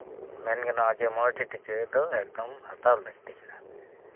ᱢᱮᱱ ᱜᱟᱱᱚᱜᱼᱟ ᱡᱮ ᱢᱚᱬᱮᱴᱤ ᱴᱤᱠᱟᱹ ᱫᱚ ᱮᱠᱫᱚᱢ ᱦᱟᱛᱟᱣ ᱞᱟᱹᱠᱛᱤ ᱠᱟᱱᱟ